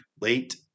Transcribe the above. late